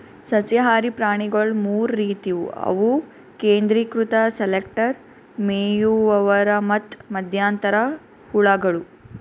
ಸಸ್ಯಹಾರಿ ಪ್ರಾಣಿಗೊಳ್ ಮೂರ್ ರೀತಿವು ಅವು ಕೇಂದ್ರೀಕೃತ ಸೆಲೆಕ್ಟರ್, ಮೇಯುವವರು ಮತ್ತ್ ಮಧ್ಯಂತರ ಹುಳಗಳು